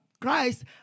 Christ